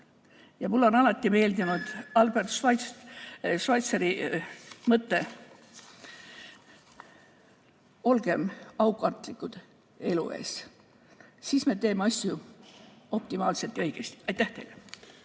Mulle on alati meeldinud Albert Schweitzeri mõte: olgem aukartlikud elu ees. Siis me teeme asju optimaalselt ja õigesti. Aitäh teile!